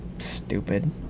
stupid